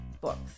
books